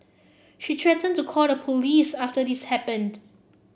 she threatened to call the police after this happened